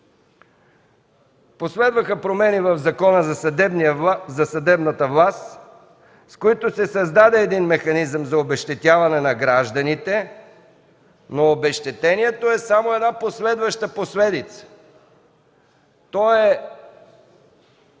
Последваха промени в Закона за съдебната власт, с които се създаде механизъм за обезщетяване на гражданите, но обезщетението е само последваща последица. То е